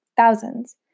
Thousands